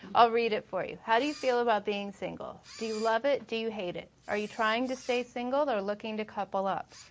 i'll read it for you how do you feel about being single? do you love it? do you hate it? are you trying to stay single or looking to couple up?